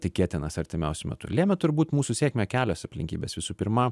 tikėtinas artimiausiu metu lėmė turbūt mūsų sėkmę kelios aplinkybės visų pirma